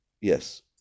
yes